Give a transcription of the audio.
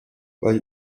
bei